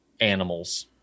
animals